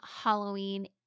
Halloween